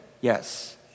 Yes